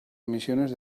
misiones